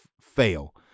fail